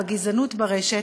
בגזענות ברשת,